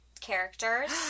characters